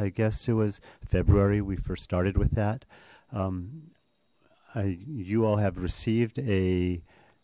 i guess it was february we first started with that i you'll have received a